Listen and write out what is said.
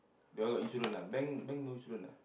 you all got insurance ah bank bank no insurance ah